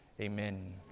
Amen